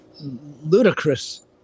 ludicrous